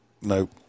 Nope